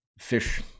fish